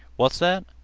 what s that?